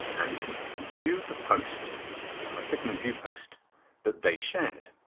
and you can view the post by clicking view post that they shared.